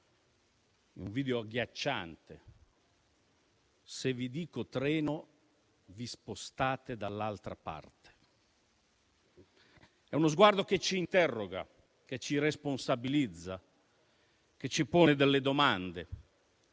un video agghiacciante: «Se vi dico "treno", vi spostate dall'altra parte». È uno sguardo che ci interroga, che ci responsabilizza, che ci pone delle domande.